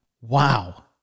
Wow